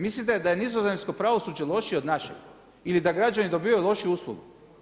Mislite da je nizozemsko pravosuđe lošije od našeg ili da građani dobivaju lošiju uslugu?